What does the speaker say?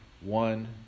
one